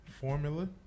formula